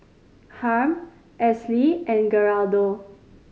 Harm Esley and Geraldo